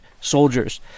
soldiers